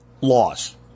laws